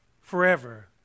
forever